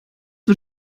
die